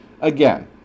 Again